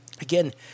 again